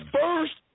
first